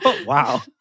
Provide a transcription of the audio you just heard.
Wow